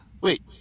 Wait